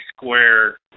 Square